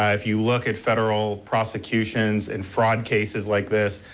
ah if you look at federal prosecutions and fraud cases like this,